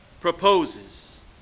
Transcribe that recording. proposes